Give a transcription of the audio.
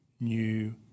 new